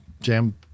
jam